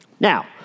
Now